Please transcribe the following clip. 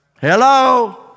Hello